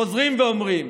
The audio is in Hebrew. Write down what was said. חוזרים ואומרים,